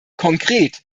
konkret